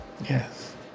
yes